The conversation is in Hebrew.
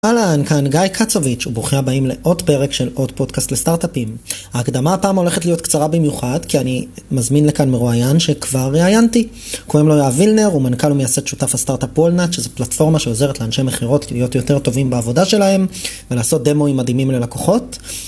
אהלן, כאן גיא קצוביץ', וברוכים הבאים לעוד פרק של עוד פודקאסט לסטארט-אפים. ההקדמה הפעם הולכת להיות קצרה במיוחד, כי אני מזמין לכאן מרואיין שכבר ראיינתי. קוראים לו יואב וילנר, הוא מנכ"ל ומייסד שותף הסטארט-אפ וולנט, שזו פלטפורמה שעוזרת לאנשי מכירות להיות יותר טובים בעבודה שלהם, ולעשות דמואים מדהימים ללקוחות.